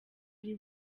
ari